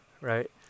right